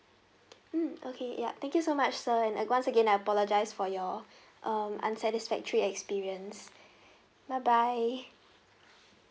mm okay yup thank you so much sir and once again I apologize for your um unsatisfactory experience bye bye